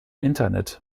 internet